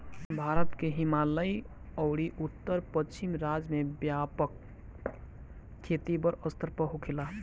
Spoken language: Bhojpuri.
भारत के हिमालयी अउरी उत्तर पश्चिम राज्य में व्यापक खेती बड़ स्तर पर होखेला